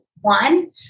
one